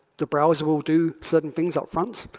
the browser will do certain things upfront.